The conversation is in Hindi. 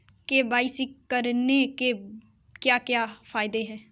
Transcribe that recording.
के.वाई.सी करने के क्या क्या फायदे हैं?